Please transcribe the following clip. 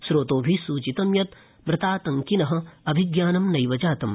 स्रोतोभि सूचितं यत् मृतातङ्किन अभियानं नद्य जातम्